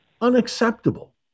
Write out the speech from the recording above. unacceptable